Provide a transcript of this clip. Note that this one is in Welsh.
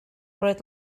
roedd